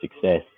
success